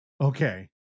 Okay